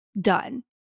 done